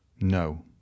No